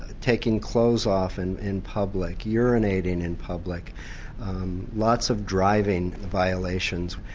taking clothes off and in public, urinating in public lots of driving violations.